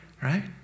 right